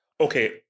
Okay